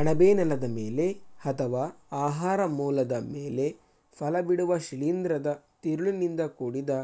ಅಣಬೆ ನೆಲದ ಮೇಲೆ ಅಥವಾ ಆಹಾರ ಮೂಲದ ಮೇಲೆ ಫಲಬಿಡುವ ಶಿಲೀಂಧ್ರದ ತಿರುಳಿನಿಂದ ಕೂಡಿದ